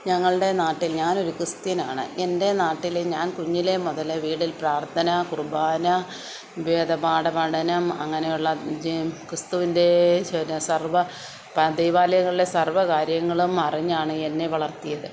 ഞങ്ങളുടെ നാട്ടിൽ ഞാനൊരു ക്രിസ്ത്യൻ ആണ് എൻ്റെ നാട്ടിൽ ഞാൻ കുഞ്ഞിലേ മുതൽ വീടിൽ പ്രാർത്ഥന കുർബാന വേദപാഠ പഠനം അങ്ങനെയുള്ള ജേം ക്രിസ്തുവിൻറെ സർവ്വ ദൈവാലയങ്ങളിലെയും സർവ്വ കാര്യങ്ങളും അറിഞ്ഞാണ് എന്നെ വളർത്തിയത്